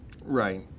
Right